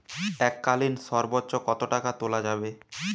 এককালীন সর্বোচ্চ কত টাকা তোলা যাবে?